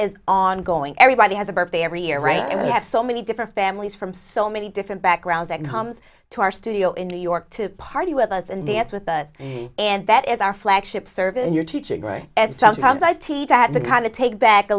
is ongoing everybody has a birthday every year right and we have so many different families from so many different backgrounds that comes to our studio in new york to party with us and dance with us and that is our flagship service and you're teaching right and sometimes i teach at the kind of take back a